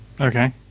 Okay